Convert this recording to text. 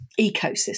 ecosystem